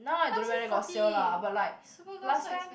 now I don't know whether got sale lah but like last time